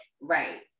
right